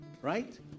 right